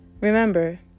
Remember